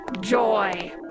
joy